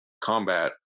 combat